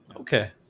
okay